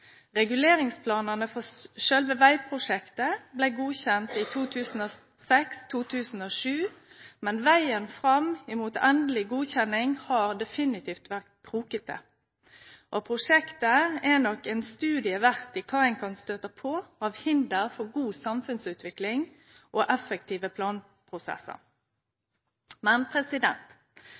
Reguleringsplanane for sjølve vegprosjektet blei godkjende i 2006/2007, men vegen fram mot endeleg godkjenning har definitivt vore krokete. Og prosjektet er nok ein studie verd i kva ein kan støyte på av hinder for god samfunnsutvikling og effektive